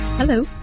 Hello